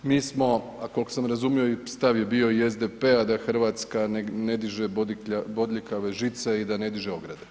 Mi smo, a koliko sam razumio stav je bio i SDP-a da Hrvatska ne diže bodljikave žice i da ne diže ograde.